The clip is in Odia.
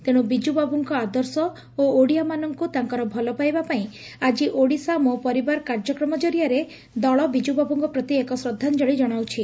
ତେଣୁ ବିଜୁବାବୁଙ୍କ ଆଦର୍ଶ ଓଡ଼ିଆମାନଙ୍କୁ ତାଙ୍କର ଭଲପାଇବା ପାଇଁ ଆକି ଓଡ଼ିଶା ମୋ ପରିବାର କାର୍ଯ୍ୟକ୍ରମ ଜରିଆରେ ଦଳ ବିଜୁବାବୁଙ୍କ ପ୍ରତି ଏକ ଶ୍ରଦ୍ଧାଞଳି କଣାଉଛି